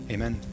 Amen